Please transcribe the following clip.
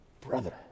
brother